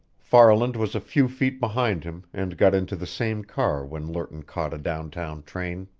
farland was a few feet behind him, and got into the same car when lerton caught a downtown train.